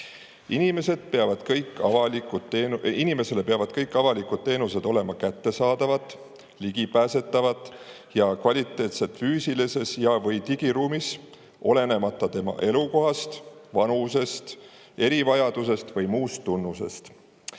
"Inimesele peavad kõik avalikud teenused olema kättesaadavad, ligipääsetavad ja kvaliteetsed füüsilises ja/või digiruumis, olenemata tema elukohast, vanusest, erivajadusest või muust